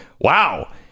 Wow